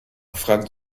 fragte